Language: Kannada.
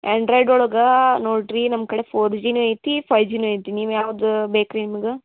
ಆ್ಯಂಡ್ರಾಯ್ಡ್ ಒಳಗೆ ನೋಡ್ರಿ ನಮ್ಮ ಕಡೆ ಫೋರ್ ಜಿನು ಐತಿ ಫೈ ಜಿನು ಐತಿ ನೀವು ಯಾವ್ದು ಬೇಕು ರೀ ನಿಮ್ಗ